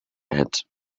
het